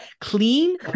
clean